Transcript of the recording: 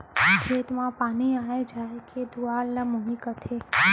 खेत म पानी आय जाय के दुवार ल मुंही कथें